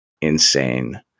insane